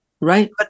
Right